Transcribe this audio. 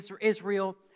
Israel